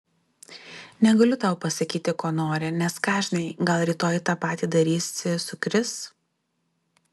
negaliu tau pasakyti ko nori nes ką žinai gal rytoj tą patį darysi su kris